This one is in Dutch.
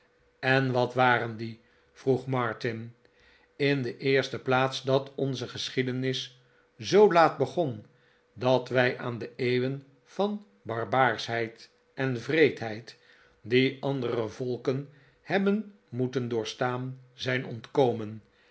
en wat waren die vroeg martin in de eerste plaats dat onze geschiedenis zoo laat begon dat wij aan de eeuwen van barbaarschheid en wreedheid die andere volken hebben moeten doorstaan zijn ontkomen